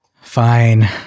fine